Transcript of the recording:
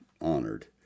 honored